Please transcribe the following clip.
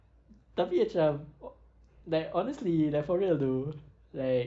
tapi macam ho~ like honestly like for real dude like